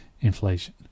inflation